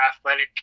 Athletic